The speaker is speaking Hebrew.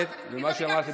בשפרעם,